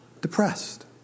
depressed